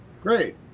Great